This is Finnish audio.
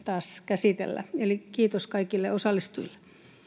taas käsitellä eli kiitos kaikille osallistujille